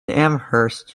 amherst